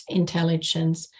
intelligence